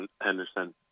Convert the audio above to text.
Henderson